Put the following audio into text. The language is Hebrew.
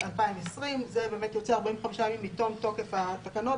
2020)." זה באמת יוצא 45 יום מתום תוקף התקנות.